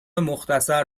مختصر